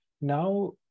now